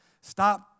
stop